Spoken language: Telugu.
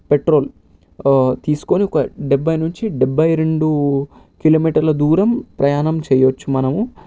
పెట్రోల్ తీసుకొని ఒక డెబ్బై నుంచి డెబ్బై రెండు కిలోమీటర్ల దూరం ప్రయాణం చేయవచ్చు మనము